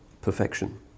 perfection